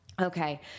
Okay